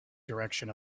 direction